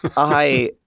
i